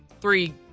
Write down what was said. three